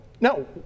No